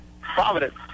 Providence